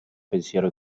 pensiero